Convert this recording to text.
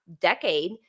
decade